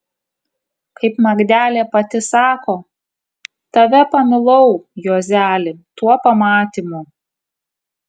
kaip magdelė pati sako tave pamilau juozeli tuo pamatymu